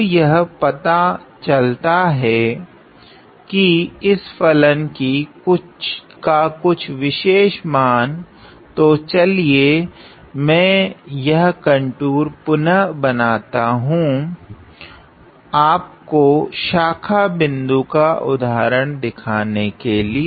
अब यह पता चलता है कि इस फलन का कुछ विशेष मान तो चलिए मैं यह कंटूर पुनः बनाता हूँ आपको शाखा बिन्दु का उदाहरण दिखने के लिए